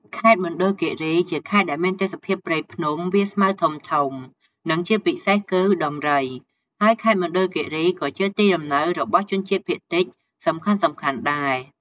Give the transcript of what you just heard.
ខេត្តមណ្ឌលគិរី ជាខេត្តដែលមានទេសភាពព្រៃភ្នំ វាលស្មៅធំៗ និងជាពិសេសគឺ ដំរី ហើយខេត្តមណ្ឌលគិរីក៏ជាទីលំនៅរបស់ ជនជាតិភាគតិចសំខាន់ៗដែល។